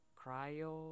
cryo